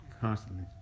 constantly